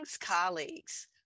colleagues